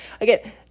Again